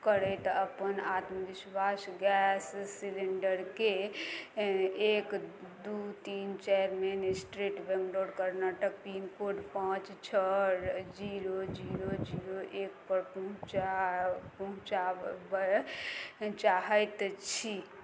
करैत अपन आत्मविश्वास गैस सिलेण्डरकेँ एक दुइ तीन चारि main street Bangalore Karnataka pincode पाँच छओ जीरो जीरो जीरो एकपर पहुँचा पहुँचाबै चाहै छी